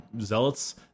zealots